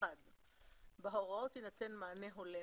מהימנות מסמכים והשפעה על דיני הראיות ולאחר שביצע תהליך